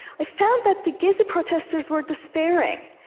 i found that the gezi protesters were despairing.